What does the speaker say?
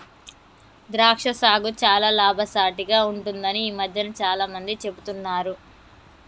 ద్రాక్ష సాగు చాల లాభసాటిగ ఉంటుందని ఈ మధ్యన చాల మంది చెపుతున్నారు